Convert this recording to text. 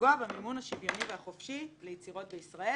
ולפגוע במימון שוויוני וחופשי ליצירות בישראל